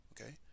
Okay